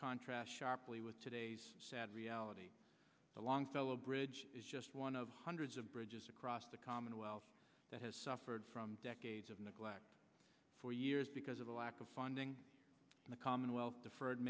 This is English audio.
contrasts sharply with today's sad reality the longfellow bridge is just one of hundreds of bridges across the commonwealth that has suffered from decades of neglect for years because of a lack of funding in the commonwealth deferred